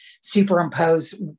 superimpose